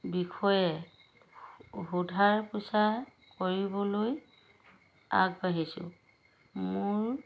বিষয়ে সোধা পোছা কৰিবলৈ আগবাঢ়িছোঁ মোৰ